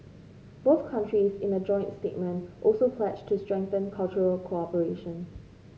both countries in a joint statement also pledged to strengthen cultural cooperation